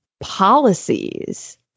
policies